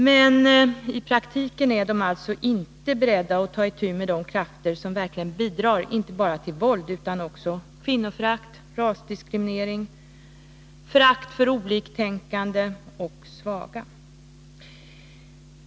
Men i praktiken är de alltså inte beredda att ta itu med de krafter som verkligen bidrar inte bara till våld utan också till kvinnoförakt, rasdiskriminering, förakt för oliktänkande och förakt för svaga.